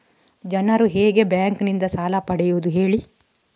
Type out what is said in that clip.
ಜನರು ಹೇಗೆ ಬ್ಯಾಂಕ್ ನಿಂದ ಸಾಲ ಪಡೆಯೋದು ಹೇಳಿ